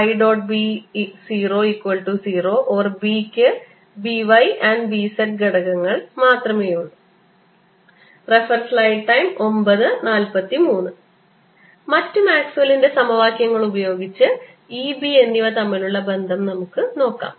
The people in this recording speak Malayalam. B00 or B ക്ക് By and Bz ഘടകങ്ങൾ മാത്രമേയുള്ളൂ മറ്റ് മാക്സ്വെല്ലിന്റെ സമവാക്യങ്ങൾ ഉപയോഗിച്ച് E B എന്നിവ തമ്മിലുള്ള ബന്ധം നമുക്ക് നോക്കാം